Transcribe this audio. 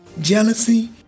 Jealousy